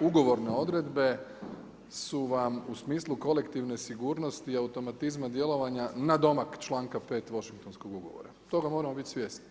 ugovorne odredbe su vam u smislu kolektivne sigurnosti i automatizma djelovanja na domak članka 5. Vašingtonskog ugovora, toga moramo biti svjesni.